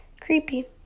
Creepy